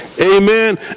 amen